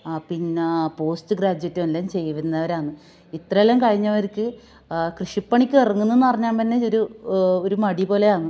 പിന്നെ പോസ്റ്റ് ഗ്രാജുവേറ്റെല്ലാം ചെയ്യുവന്നവരാന്ന് ഇത്രെയെല്ലാം കഴിഞ്ഞവർക്ക് കൃഷിപ്പണിക്കിറങ്ങുന്നെന്ന് പറഞ്ഞാൽ പിന്നെയൊരു ഒരുമടി പോലെയാന്ന്